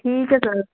ਠੀਕ ਐ ਸਰ